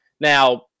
Now